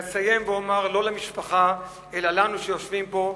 ואסיים ואומר, לא למשפחה, אלא לנו שיושבים פה,